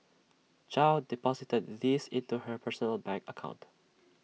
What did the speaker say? chow deposited these into her personal bank account